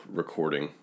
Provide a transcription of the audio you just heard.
recording